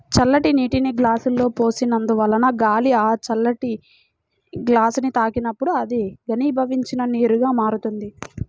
చల్లటి నీటిని గ్లాసులో పోసినందువలన గాలి ఆ చల్లని గ్లాసుని తాకినప్పుడు అది ఘనీభవించిన నీరుగా మారుతుంది